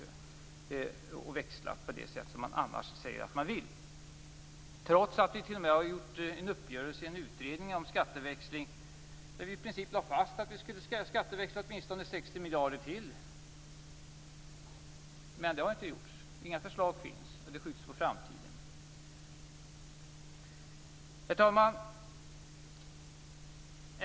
Man har inte växlat på det sätt som man annars säger att man vill, trots att vi t.o.m. har gjort en uppgörelse och en utredning om skatteväxling där vi i princip lade fast att vi skulle skatteväxla åtminstone 60 miljarder till. Men det har inte gjorts. Inga förslag finns. Det skjuts på framtiden. Herr talman!